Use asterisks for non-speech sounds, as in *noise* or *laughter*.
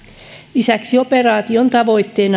lisäksi operaation tavoitteena *unintelligible*